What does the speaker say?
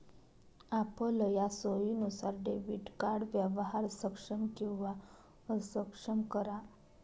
आपलया सोयीनुसार debit card व्यवहार सक्षम किंवा अक्षम करा